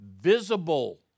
Visible